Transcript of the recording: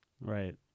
Right